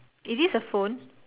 it is a phone